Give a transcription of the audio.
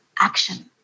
action